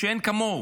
מאין כמוהו.